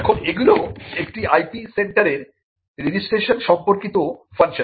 এখন এগুলো একটি IP সেন্টারের রেজিস্ট্রেশন সম্পর্কিত ফাংশন